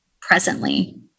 presently